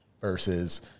versus